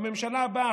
בממשלה הבאה,